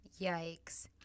Yikes